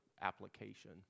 application